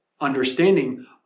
understanding